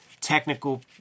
technical